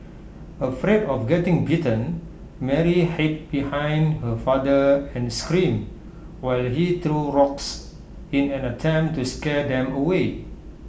afraid of getting bitten Mary hid behind her father and screamed while he threw rocks in an attempt to scare them away